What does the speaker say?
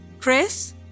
Chris